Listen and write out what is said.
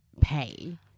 pay